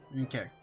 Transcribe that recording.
Okay